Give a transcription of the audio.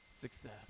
success